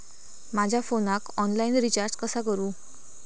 माझ्या फोनाक online recharge कसा करू?